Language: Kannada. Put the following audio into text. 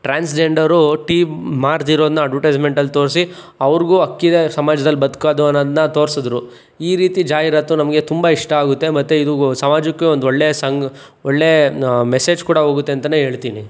ಟ್ರಾನ್ಸ್ಜೆಂಡರು ಟೀ ಮಾರ್ತಿರೋದನ್ನ ಅಡ್ವಟೈಸ್ಮೆಂಟಲ್ಲಿ ತೋರಿಸಿ ಅವ್ರಿಗೂ ಹಕ್ಕಿದೆ ಸಮಾಜದಲ್ಲಿ ಬದುಕೋದು ಅನೋದನ್ನ ತೋರ್ಸಿದ್ರು ಈ ರೀತಿ ಜಾಹೀರಾತು ನಮಗೆ ತುಂಬ ಇಷ್ಟ ಆಗುತ್ತೆ ಮತ್ತು ಇದು ಸಮಾಜಕ್ಕೆ ಒಂದೊಳ್ಳೆಯ ಸಂಗ ಒಳ್ಳೆಯ ಮೆಸೇಜ್ ಕೂಡ ಹೋಗುತ್ತೆ ಅಂತಲೇ ಹೇಳ್ತಿನಿ